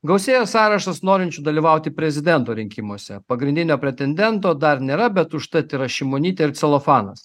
gausėja sąrašas norinčių dalyvauti prezidento rinkimuose pagrindinio pretendento dar nėra bet užtat yra šimonytė ir celofanas